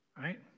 right